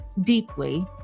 deeply